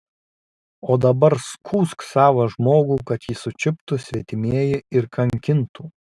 o dabar skųsk savą žmogų kad jį sučiuptų svetimieji ir kankintų